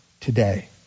today